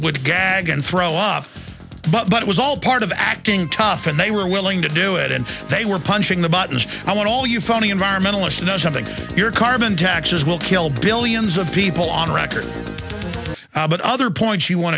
would gag and throw up but it was all part of acting tough and they were willing to do it and they were punching the buttons i want all you phony environmentalists you know something your carbon taxes will kill billions of people on record but other points you want